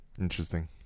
Interesting